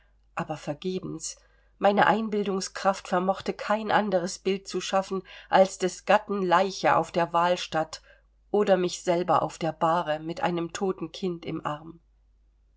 aber vergebens meine einbildungskraft vermochte kein anderes bild zu schaffen als des gatten leiche auf der wahlstatt oder mich selber auf der bahre mit einem toten kind im arm